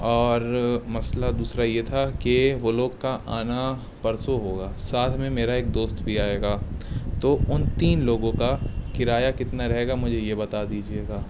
اور مسئلہ دوسرا یہ تھا کہ وہ لوگ کا آنا پرسوں ہوگا ساتھ میں میرا ایک دوست بھی آئے گا تو ان تین لوگوں کا کرایہ کتنا رہے گا مجھے یہ بتا دیجیے گا